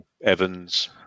Evans